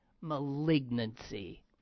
malignancy